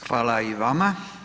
Hvala i vama.